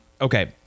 okay